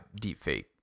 deepfake